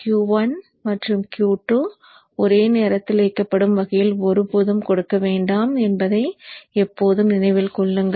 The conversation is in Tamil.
Q1 மற்றும் Q2 ஒரே நேரத்தில் இயக்கப்படும் வகையில் ஒருபோதும் கொடுக்க வேண்டாம் என்பதை எப்போதும் நினைவில் கொள்ளுங்கள்